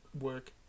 work